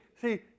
see